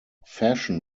fashion